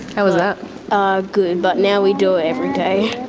how was that? ah good but now we do it every day. and